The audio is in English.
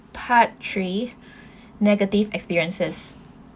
part three negative experiences